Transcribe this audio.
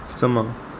ਸਮਾਂ